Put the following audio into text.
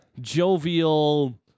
jovial